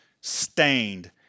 stained